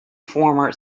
former